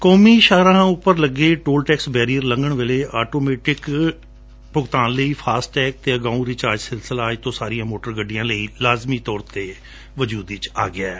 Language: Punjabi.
ਕੌਮੀ ਸ਼ਾਹ ਰਾਹਾਂ ਉਤੇ ਲੱਗੇ ਟੋਲ ਟੈਕਸ ਬੈਰੀਅਰ ਲੰਘਣ ਵਾਲੇ ਆਟੋਮੈਟਿਕ ਭੁਗਤਾਨ ਲਈ ਫਾਸਟਟੈਗ ਅਤੇ ਅਗਾਉਂ ਰਿਚਾਰਜ ਸਿਲਸਿਲਾ ਅੱਜ ਤੋਂ ਸਾਰੀਆਂ ਮੋਟਰ ਗੱਡੀਆਂ ਲਈ ਲਾਜਮੀ ਤੌਰ ਤੇ ਵਜੁਦ ਵਿਚ ਆ ਗਿਐ